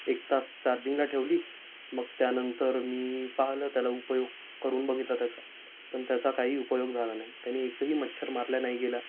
एक तास चार्जिंगला ठेवली मग त्यानंतर मी पाहिलं त्याला उपयोग करून बघितला त्याचा पण त्याचा काही उपयोग झाला नाही त्यानी एकही मच्छर मारला नाही गेला